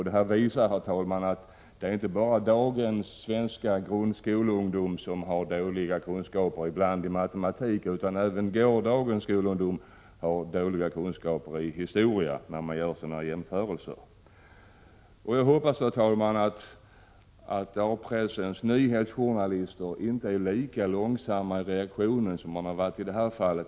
Det här visar, herr talman, att det inte bara är dagens svenska grundskoleungdom som ibland har dåliga kunskaper i matematik. Gårdagens skolungdom har dåliga kunskaper i historia — detta sagt med tanke på de jämförelser som har gjorts. Jag hoppas att A-pressens nyhetsjournalister inte reagerar lika långsamt som man gjort i det här fallet.